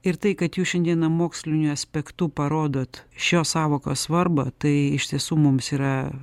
ir tai kad jų šiandieną moksliniu aspektu parodot šios sąvokos svarbą tai iš tiesų mums yra